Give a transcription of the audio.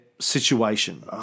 situation